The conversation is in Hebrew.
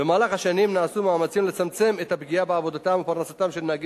במהלך השנים נעשו מאמצים לצמצם את הפגיעה בעבודתם ובפרנסתם של נהגי